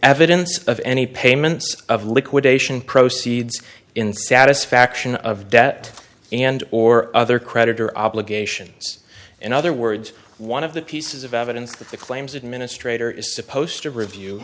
evidence of any payments of liquidation proceeds in satisfaction of debt and or other creditor obligations in other words one of the pieces of evidence that the claims administrator is supposed to review